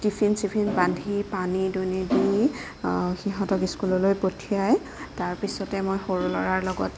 tiffin চিফিন বান্ধি পানী দুনী দি সিহঁতক ইস্কুললৈ পঠিয়াই তাৰপিছতে মই সৰু ল'ৰাৰ লগত